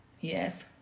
yes